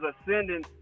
ascending